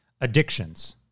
addictions